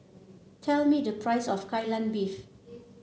tell me the price of Kai Lan Beef